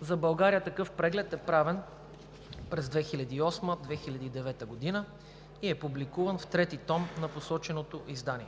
За България такъв преглед е правен през 2008 – 2009 г. и е публикуван в трети том на посоченото издание.